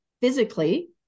physically